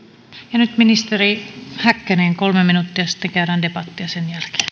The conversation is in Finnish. ja nyt ministeri häkkänen kolme minuuttia sitten käydään debattia sen jälkeen